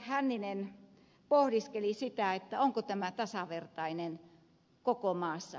hänninen pohdiskeli sitä onko tämä tasavertainen koko maassa